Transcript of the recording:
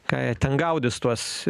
ką jie ten gaudys tuos